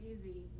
easy